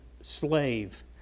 slave